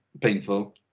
painful